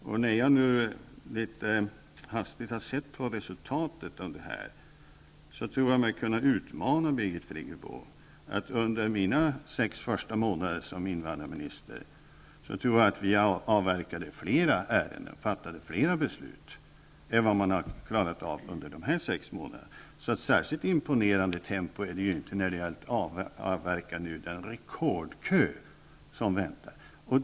Efter att hastigt ha tittat på resultatet tror jag mig kunna utmana Birgit Friggebo. Under mina sex första månader som invandrarminister tror jag att fler ärenden avverkades och fler beslut fattades än man klarat av under de gångna sex månaderna. Särskilt imponerande är tempot således inte när det gällt att avverka den rekordlånga kö av väntande människor.